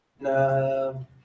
No